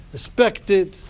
Respected